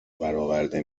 براورده